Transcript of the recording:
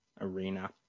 arena